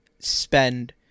spend